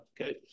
okay